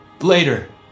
Later